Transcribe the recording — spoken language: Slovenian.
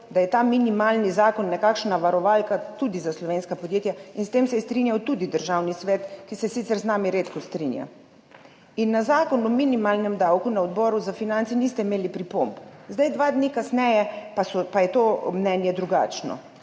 da je ta minimalni zakon nekakšna varovalka tudi za slovenska podjetja, in s tem se je strinjal tudi Državni svet, ki se sicer z nami redko strinja. In na Zakon o minimalnem davku na Odboru za finance niste imeli pripomb. Zdaj dva dni kasneje pa je to mnenje drugačno.